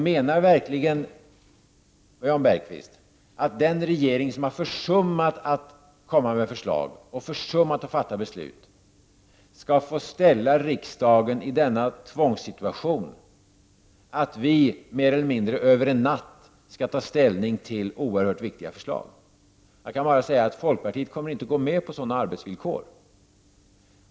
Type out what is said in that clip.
Menar verkligen Jan Bergqvist att den regering som har försummat att komma med förslag och försummat att fatta beslut skall få ställa riksdagen i denna tvångssituation, att vi mer eller mindre över en natt skall ta ställning till oerhört viktiga förslag? Jag kan bara säga att folkpartiet inte kommer att gå med på sådana arbetsvillkor.